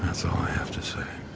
i have to say.